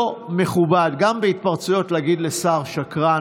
לא מכובד, גם בהתפרצויות, להגיד לשר "שקרן".